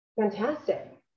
fantastic